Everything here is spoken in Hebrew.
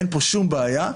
אין פה שום בעיה,